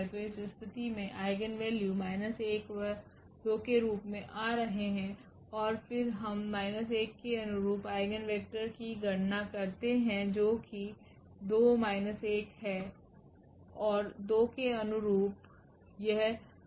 तो इस स्थिति में आइगेन वैल्यू 1 2 के रूप में आ रहे हैं और फिर हम 1 के अनुरूप आइगेन वेक्टर की गणना करते है जो कि है और 2 के अनुरूप यह है